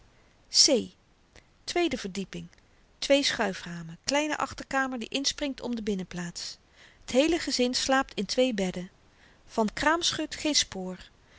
c tweede verdieping twee schuiframen kleine achterkamer die inspringt om de binnenplaats t heele gezin slaapt in twee bedden van kraamschut geen spoor